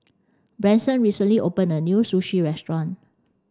Branson recently opened a new Sushi restaurant